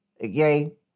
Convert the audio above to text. Yay